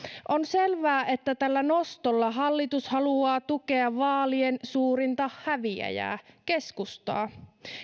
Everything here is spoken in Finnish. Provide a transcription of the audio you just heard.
on selvää että tällä nostolla hallitus haluaa tukea vaalien suurinta häviäjää keskustaa